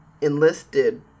enlisted